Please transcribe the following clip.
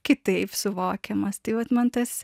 kitaip suvokiamas tai vat man tas